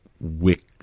wick